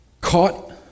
caught